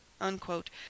unquote